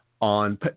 On